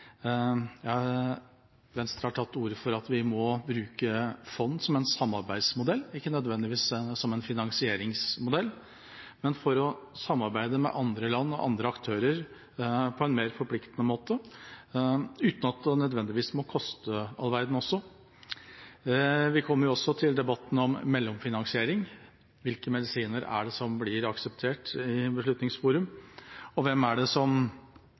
Venstre har tatt til orde for at vi må bruke fond som en samarbeidsmodell – ikke nødvendigvis som en finansieringsmodell, men for å samarbeide med andre land og andre aktører på en mer forpliktende måte, uten at det nødvendigvis må koste all verden. Vi kommer også til debatten om mellomfinansiering. Hvilke medisiner er det som blir akseptert i beslutningsforum, og hvilke er det som